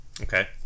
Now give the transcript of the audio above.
Okay